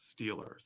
Steelers